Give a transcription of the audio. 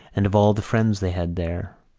and of all the friends they had there.